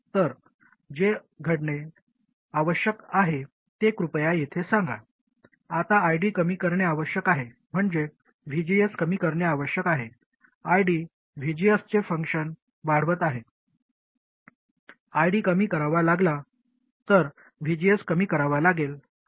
तर जे घडणे आवश्यक आहे ते कृपया येथे सांगा आता ID कमी करणे आवश्यक आहे म्हणजे VGS कमी करणे आवश्यक आहे ID VGS चे फंक्शन वाढवत आहे ID कमी करावा लागला तर VGS कमी करावा लागेल